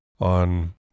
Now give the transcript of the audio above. on